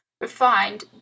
refined